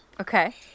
Okay